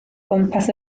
gwmpas